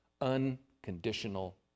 unconditional